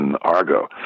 Argo